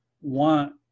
want